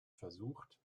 versucht